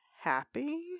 happy